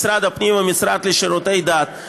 משרד הפנים והמשרד לשירותי דת.